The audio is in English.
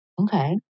Okay